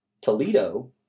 Toledo